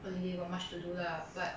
holiday got much to do lah but